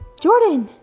jordan.